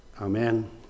Amen